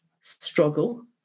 struggle